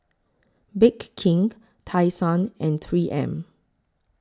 Bake King Tai Sun and three M